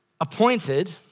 appointed